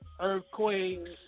earthquakes